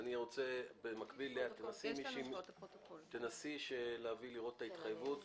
במקביל ננסה להביא את הפרוטוקול ולראות את ההתחייבות,